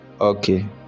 okay